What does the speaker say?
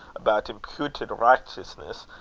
about imputit richteousness,